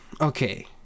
Okay